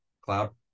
Cloud